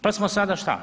Pa smo sada šta?